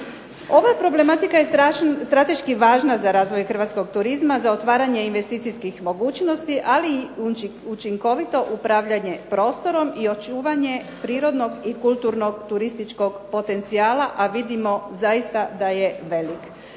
Ova problematika je strateški važna za razvoj hrvatskog turizma, za otvaranje investicijskih mogućnosti, ali i učinkovito upravljanje prostorom i očuvanje prirodnog i kulturnog turističkog potencijala, a vidimo da je zaista velik.